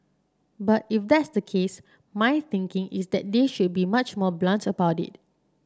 but if that's the case my thinking is that they should be much more blunt about it